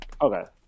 Okay